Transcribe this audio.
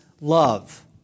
love